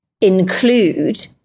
include